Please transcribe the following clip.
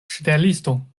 ŝteliston